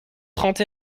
trente